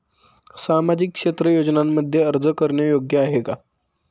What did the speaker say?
सामाजिक क्षेत्र योजनांमध्ये अर्ज करणे योग्य आहे का?